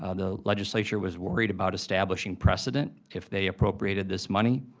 ah the legislature was worried about establishing precedent, if they appropriated this money.